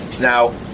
Now